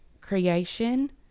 creation